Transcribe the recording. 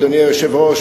אדוני היושב-ראש,